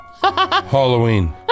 Halloween